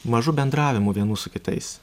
mažu bendravimu vienų su kitais